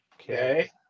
Okay